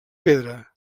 pedra